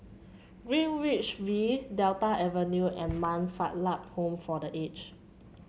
Greenwich V Delta Avenue and Man Fatt Lam Home for The Aged